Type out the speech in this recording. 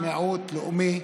אדוני,